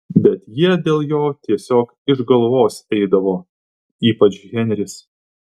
bet jie dėl jo tiesiog iš galvos eidavo ypač henris